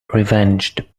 revenged